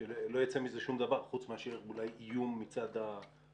שלא יצא מזה שום דבר חוץ מאשר אולי איום מצד הפוגע,